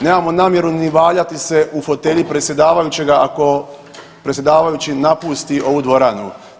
Nemamo namjeru ni valjati se u fotelji predsjedavajućega ako predsjedavajući napusti ovu dvoranu.